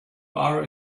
are